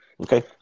Okay